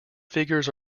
figures